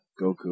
Goku